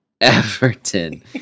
Everton